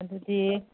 ꯑꯗꯨꯗꯤ